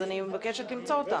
אז אני מבקשת למצוא אותה.